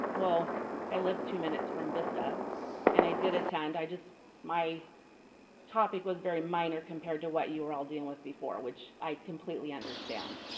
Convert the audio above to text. well i live two minutes from vista and i did attend i just my topic was very minor compared to what you were all dealing with before, which i completely understand.